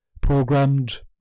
programmed